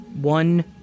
One